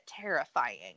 terrifying